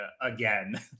again